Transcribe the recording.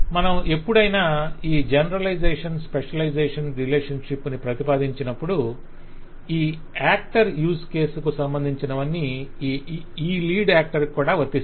మనం ఎప్పుడైనా ఈ జనరలైజేషన్ స్పెషలైజేషన్ రిలేషన్షిప్ ని ప్రతిపాదించినప్పుడు ఈ యాక్టర్ యూస్ కేసు కు సంబంధించినవన్నీ ఈ యాక్టర్ కూడా వర్తిస్తాయి